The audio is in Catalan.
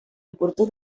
oportú